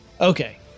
okay